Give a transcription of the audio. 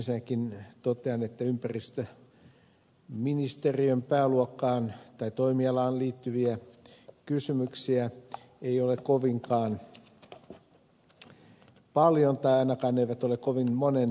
ensinnäkin totean että ympäristöministeriön toimialaan liittyviä kysymyksiä ei ole kovinkaan paljon tai ne eivät ainakaan ole kovin monen kaltaisia